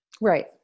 Right